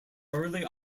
early